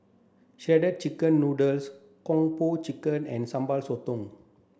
shredded chicken noodles Kung Po Chicken and Sambal Sotong